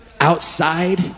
outside